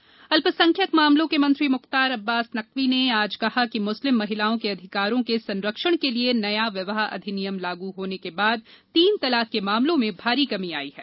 नकवी बयान अल्पसंख्यक मामलों के मंत्री मुख्तार अब्बास नकवी ने आज कहा कि मुस्लिम महिलाओं के अधिकारों के संरक्षण के लिए नया विवाह अधिनियम लागू होने के बाद तीन तलाक के मामलों में भारी कमी आई है